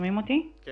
אני